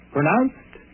Pronounced